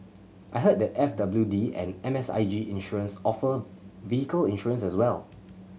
I heard that F W D and M S I G Insurance offer vehicle insurance as well